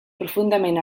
profundament